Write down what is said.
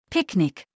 Picknick